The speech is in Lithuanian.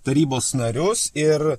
tarybos narius ir